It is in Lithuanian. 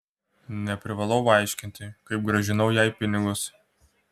neprivalau aiškinti kaip grąžinau jai pinigus